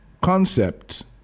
concept